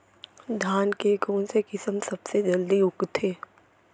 धान के कोन से किसम सबसे जलदी उगथे?